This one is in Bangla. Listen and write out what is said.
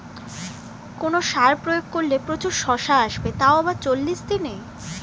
কোন সার প্রয়োগ করলে প্রচুর শশা আসবে তাও আবার চল্লিশ দিনে?